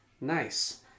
Nice